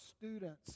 students